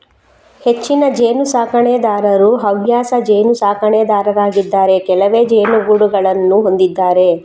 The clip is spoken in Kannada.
ಹೆಚ್ಚಿನ ಜೇನು ಸಾಕಣೆದಾರರು ಹವ್ಯಾಸ ಜೇನು ಸಾಕಣೆದಾರರಾಗಿದ್ದಾರೆ ಕೆಲವೇ ಜೇನುಗೂಡುಗಳನ್ನು ಹೊಂದಿದ್ದಾರೆ